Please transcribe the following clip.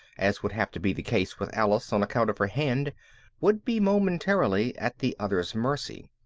as would have to be the case with alice on account of her hand would be momentarily at the other's mercy.